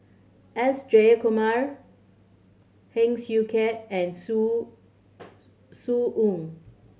S Jayakumar Heng Swee Keat and Zhu Zhu